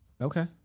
Okay